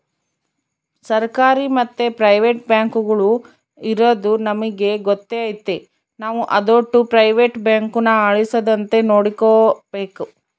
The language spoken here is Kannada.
ಸರ್ಕಾರಿ ಮತ್ತೆ ಪ್ರೈವೇಟ್ ಬ್ಯಾಂಕುಗುಳು ಇರದು ನಮಿಗೆ ಗೊತ್ತೇ ಐತೆ ನಾವು ಅದೋಟು ಪ್ರೈವೇಟ್ ಬ್ಯಾಂಕುನ ಅಳಿಸದಂತೆ ನೋಡಿಕಾಬೇಕು